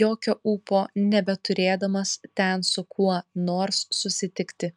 jokio ūpo nebeturėdamas ten su kuo nors susitikti